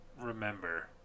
remember